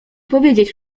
powiedzieć